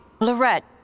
Lorette